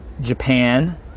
Japan